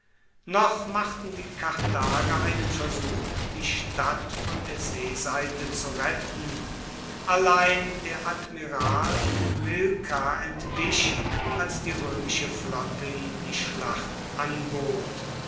noch machten die karthager einen versuch die stadt von der seeseite zu retten allein der admiral bomilkar entwich als die roemische flotte ihm die schlacht anbot